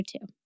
two